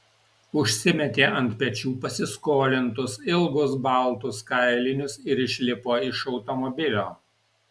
užsimetė ant pečių pasiskolintus ilgus baltus kailinius ir išlipo iš automobilio